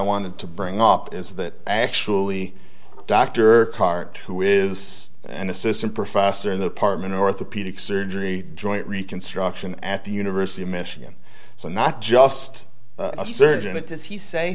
wanted to bring up is that actually dr cart who is an assistant professor in the apartment in orthopedic surgery joint reconstruction at the university of michigan so not just a surgeon it does he say